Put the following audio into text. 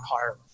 higher